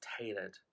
tailored